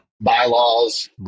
bylaws